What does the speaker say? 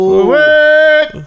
Wait